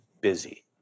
busy